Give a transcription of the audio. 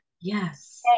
yes